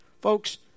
folks